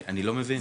אני לא מבין.